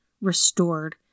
restored